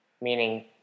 Meaning